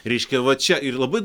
reikškia va čia ir labai